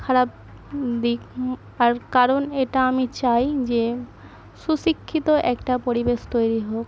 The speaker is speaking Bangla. খারাপ দিক কারণ এটা আমি চাই যে সুশিক্ষিত একটা পরিবেশ তৈরি হোক